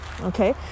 Okay